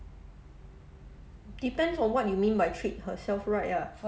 depends on what you mean by treat herself right ah